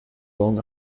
long